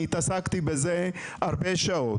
אני התעסקתי בזה הרבה שעות.